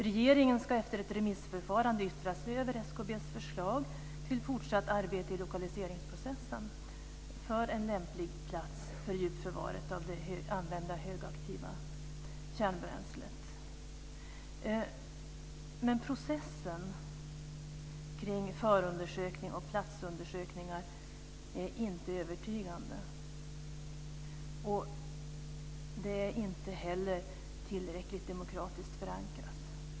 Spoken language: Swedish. Regeringen ska efter ett remissförfarande yttra sig över SKB:s förslag till fortsatt arbete i lokaliseringsprocessen för en lämplig plats för djupförvaringen av det använda högaktiva kärnbränslet. Men processen kring förundersökning och platsundersökningar är inte övertygande. Det hela är inte heller tillräckligt demokratiskt förankrat.